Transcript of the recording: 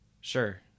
Sure